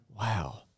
Wow